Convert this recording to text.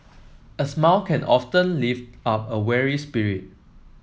a smile can often lift up a weary spirit